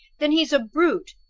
then he's a brute!